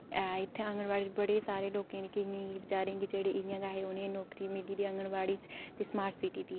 ऐ इत्थै अंगनबाड़ी बड़े सारें लोकें गी बचैरे जेह्ड़े इ'यां गै हे उ'नें गी नौकरी मिली दी ऐ अंगनबाड़ी च स्मार्ट सिटी बी